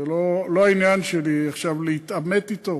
זה לא העניין שלי עכשיו להתעמת אתו,